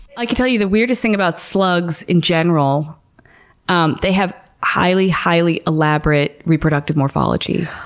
i can tell you the weirdest thing about slugs in general um they have highly highly elaborate reproductive morphology.